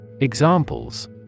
Examples